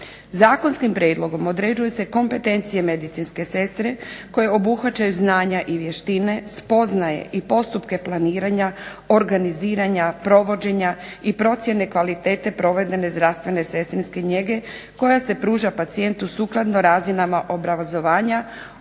Zakonskim prijedlogom određuje se kompetencije medicinske sestre koje obuhvaćaju znanja i vještine, spoznaje i postupke planiranja, organiziranja, provođenja i procjene kvalitete provedbene zdravstvene sestrinske njege koja se pruža pacijentu sukladno razinama obrazovanja